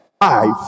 Five